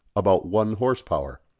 about one horse-power.